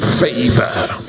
favor